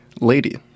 lady